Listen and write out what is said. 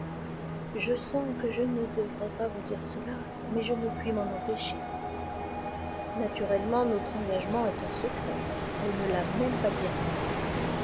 je sens que je ne devrais pas vous dire cela maisje ne puis m'en empêcher naturellement notre engagement est un secret elle ne l'a même pas dit à sa mère